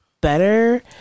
better